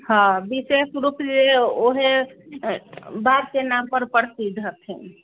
हँ विशेष रूप जे उहे बाघके नामपर प्रसिद्ध हथिन